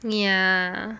ya